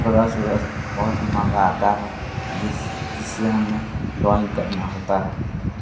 brush उरश बहुत ही महंगा आता है जिससे हमें ड्रॉइंग करना होता है